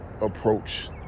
approach